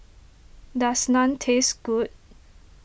does Naan taste good